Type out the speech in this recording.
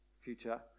future